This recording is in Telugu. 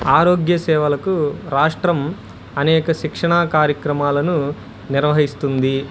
ఆరోగ్య సేవలకు రాష్ట్రం అనేక శిక్షణా కార్యక్రమాలను నిర్వహిస్తుంది